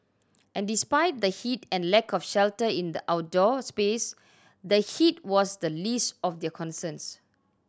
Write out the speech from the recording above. and despite the heat and lack of shelter in the outdoor space the heat was the least of their concerns